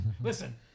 Listen